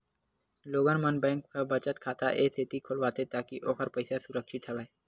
लोगन मन बेंक म बचत खाता ए सेती खोलवाथे ताकि ओखर पइसा सुरक्छित राहय